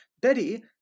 Betty